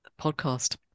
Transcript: podcast